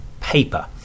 paper